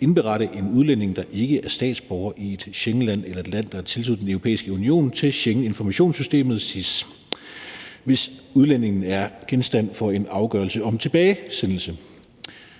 indberette en udlænding, der ikke er statsborger i et Schengenland eller et land, der er tilsluttet Den Europæiske Union, til Schengeninformationssystemet, SIS, hvis udlændingen er genstand for en afgørelse om tilbagesendelse.